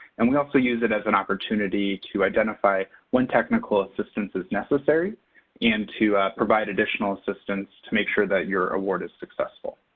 and we also use it as an opportunity to identify when technical assistance is necessary and to provide additional assistance to make sure that your award is successful.